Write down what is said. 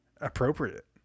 appropriate